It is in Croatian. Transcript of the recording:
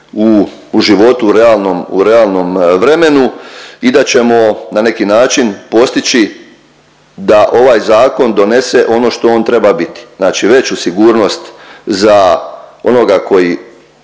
realnom, u realnom vremenu i da ćemo na neki način postići da ovaj zakon donese ono što on treba biti – znači veću sigurnost za onoga koji